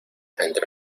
entre